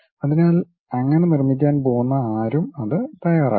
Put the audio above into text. അതിനാൽ അങ്ങനെ നിർമ്മിക്കാൻ പോകുന്ന ആരും അത് തയ്യാറാക്കും